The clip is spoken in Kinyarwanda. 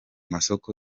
masoko